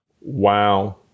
Wow